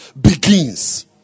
begins